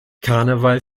karneval